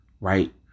right